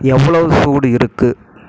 எவ்வளோ சூடு இருக்கு